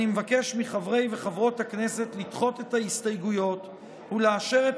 אני מבקש מחברי וחברות הכנסת לדחות את ההסתייגויות ולאשר את